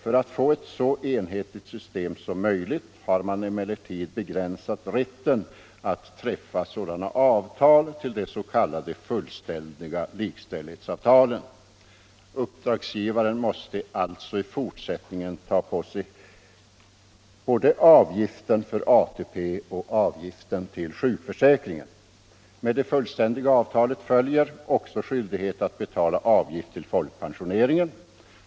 För att få ett så enhetligt system som möjligt har man emellertid begränsat rätten att träffa sådana avtal till de s.k. fullständiga likställighetsavtalen. Uppdragsgivaren måste alltså i fortsättningen ta på sig både avgiften för ATP och avgiften för sjukförsäkringen. Med det fullständiga avtalet följer också skyldighet att betala avgifter till folkpensioneringen.